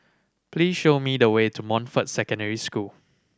please show me the way to Montfort Secondary School